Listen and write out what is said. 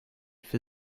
für